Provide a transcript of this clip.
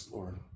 Lord